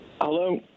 Hello